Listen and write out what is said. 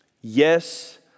Yes